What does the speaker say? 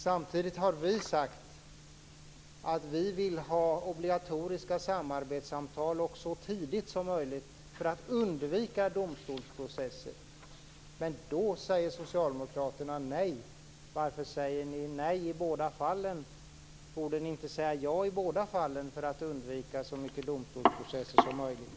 Samtidigt har vi sagt att vi vill ha obligatoriska samarbetssamtal så tidigt som möjligt för att undvika domstolsprocesser. Då säger socialdemokraterna nej. Varför säger ni nej i båda fallen? Borde ni inte säga ja i båda fallen för att undvika domstolsprocesser så långt som möjligt?